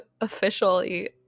officially